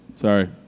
Sorry